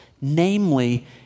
namely